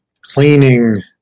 cleaning